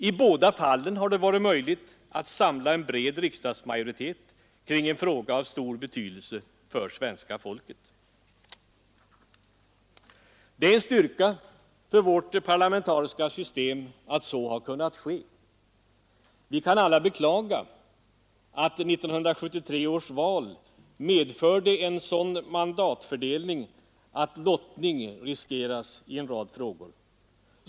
I båda fallen har det varit möjligt att samla en bred riksdagsmajoritet kring en fråga av stor betydelse för svenska folket. Det är en styrka för vårt parlamentariska system att så har kunnat ske. Vi kan alla beklaga att 1973 års val medförde en sådan mandatfördelning att lottning riskeras i en rad frågor.